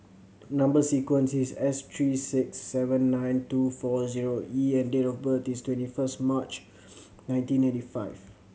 number sequence is S three six seven nine two four zero E and date of birth is twenty first March nineteen eighty five